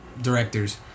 directors